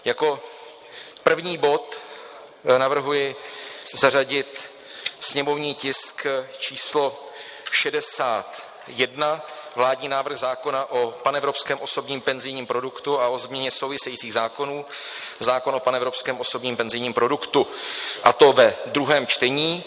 Jako první bod navrhuji zařadit sněmovní tisk číslo 61, Vládní návrh zákona o panevropském osobním penzijním produktu a o změně souvisejících zákonů, zákon o panevropském osobním penzijním produktu, a to ve druhém čtení.